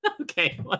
Okay